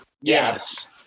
Yes